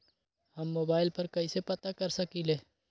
हम मोबाइल पर कईसे पता कर सकींले?